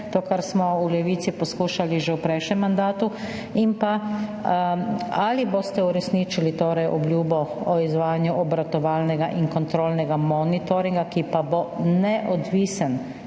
To smo v Levici poskušali že v prejšnjem mandatu. Ali boste uresničili obljubo o izvajanju obratovalnega in kontrolnega monitoringa, ki pa bo neodvisen